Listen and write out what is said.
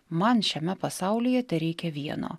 man šiame pasaulyje tereikia vieno